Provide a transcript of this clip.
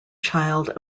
child